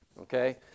okay